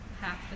Half